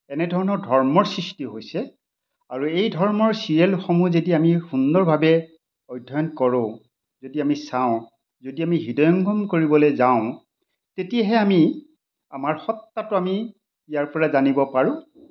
এনেধৰণৰ ধৰ্মৰ সৃষ্টি হৈছে আৰু এই ধৰ্মৰ চিৰিয়েলসমূহ যদি আমি সুন্দৰভাৱে অধ্যয়ন কৰোঁ যদি আমি চাওঁ যদি আমি হৃদয়ঙ্গম কৰিবলৈ যাওঁ তেতিয়াহে আমি আমাৰ সত্ত্বাটো আমি ইয়াৰ পৰা জানিব পাৰোঁ